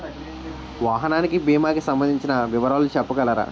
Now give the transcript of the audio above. వాహనానికి భీమా కి సంబందించిన వివరాలు చెప్పగలరా?